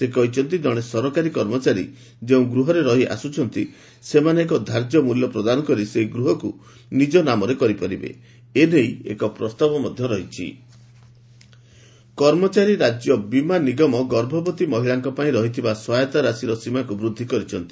ସେ କହିଛନ୍ତି ଜଣେ ସରକାରୀ କର୍ମଚାରୀ ଯେଉଁ ଗୃହରେ ରହିଆସୁଛନ୍ତି ସେମାନେ ଏକ ଧାର୍ଯ୍ୟ ମୂଲ୍ୟ ପ୍ରଦାନ କରି ସେହି ଗୃହକୁ ନିଜ ନାମରେ କରିପାରିବେ ଏନେଇ ଏକ ପ୍ରସ୍ତାବ ରହିଛି ଇଏସ୍ଆଇସି କର୍ମଚାରୀ ରାଜ୍ୟ ବୀମା ନିଗମ ଗର୍ଭବତୀ ମହିଳାଙ୍କ ପାଇଁ ରହିଥିବା ସହାୟତା ରାଶିର ସୀମାକୁ ବୃଦ୍ଧି କରିଛନ୍ତି